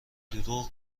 دروغ